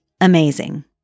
amazing